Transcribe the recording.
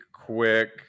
quick